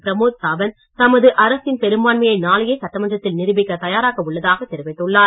பிரமோத் சாவந்த் தமது அரசின் பெரும்பான்மையை நாளையே சட்டமன்றத்தில் நிருபிக்க தயாராக உள்ளதாக தெரிவித்துள்ளார்